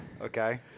Okay